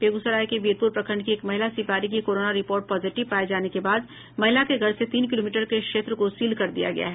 बेगूसराय के वीरपुर प्रखंड की एक महिला सिपाही की कोरोना रिपोर्ट पॉजिटिव पाये जाने के बाद महिला के घर से तीन किलोमीटर के क्षेत्र को सील कर दिया गया है